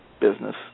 business